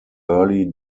early